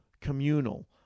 communal